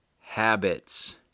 habits